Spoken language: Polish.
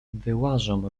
wyłażą